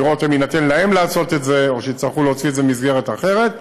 לראות אם יינתן להן לעשות את זה או שיצטרכו להוציא את זה למסגרת אחרת.